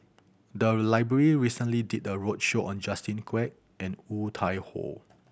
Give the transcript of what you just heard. the library recently did a roadshow on Justin Quek and Woon Tai Ho